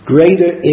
Greater